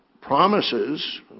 promises